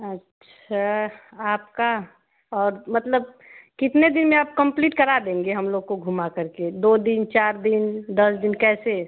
अच्छा आपका और मतलब कितने दिन मे आप कंम्प्लीट करा देंगे हम लोग को घुमा करके दो दिन चार दिन दस दिन कैसे